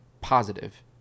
positive